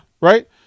Right